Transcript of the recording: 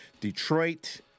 detroit